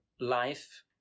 life